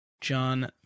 John